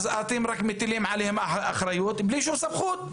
אז אתם רק מטילים עליהם אחריות בלי שום סמכות.